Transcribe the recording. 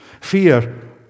Fear